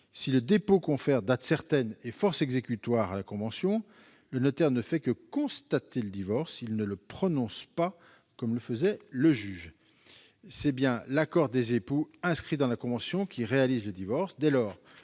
Si le dépôt confère date certaine et force exécutoire à la convention, le notaire ne fait que constater le divorce. Il ne le prononce pas, comme le faisait le juge. C'est bien l'accord des époux, inscrit dans la convention, qui réalise le divorce.